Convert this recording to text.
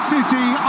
City